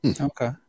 Okay